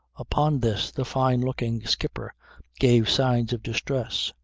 upon this the fine-looking skipper gave signs of distress.